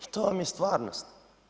To vam je stvarnost.